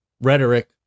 rhetoric